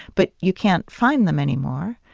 but you can't find them anymore